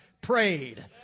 prayed